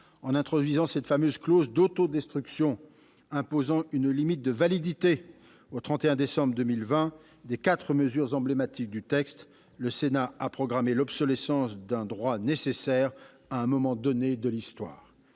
au texte cette fameuse « clause d'autodestruction » imposant une limite de validité, au 31 décembre 2020, des quatre mesures emblématiques du texte, le Sénat a programmé l'obsolescence d'un droit nécessaire à un moment donné de l'histoire.